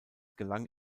gelang